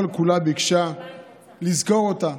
כל-כולה ביקשה לזכור אותה,